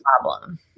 problem